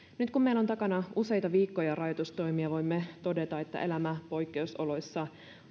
nyt kun meillä on takana useita viikkoja rajoitustoimia voimme todeta että elämä poikkeusoloissa